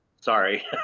sorry